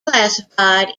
classified